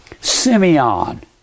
Simeon